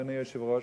אדוני היושב-ראש,